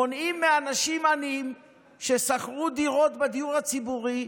מונעים מאנשים עניים ששכרו דירות בדיור הציבורי,